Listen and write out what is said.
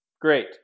Great